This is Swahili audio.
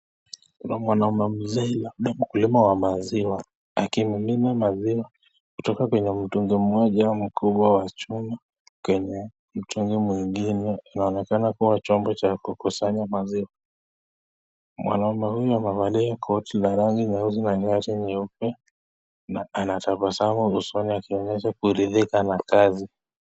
Kuna mwanaume mzee labda mkulima wa maziwa akimimina maziwa kutoka kwenye mtungi moja mkubwa wa chuma kwenye mtungi mwingine, inaonekana kuwa chombo cha kukusanya maziwa. Mwanaume huyo amevalia koti la rangi nyeusi na shati nyeupe na ana tabasamu usoni akionyesha kuridhika kazi.